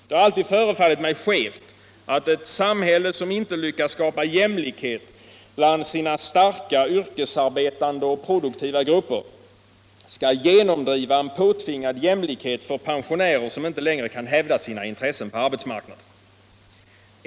Det har alltid förefallit mig skevt att ett samhälle som inte lyckas skapa jämlikhet bland sina starka, yrkesarbetande och produktiva grupper skall genomdriva en påtvingad jämlikhet för pensionärer som inte längre kan hävda sina intressen på arbetsmarknaden.